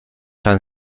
han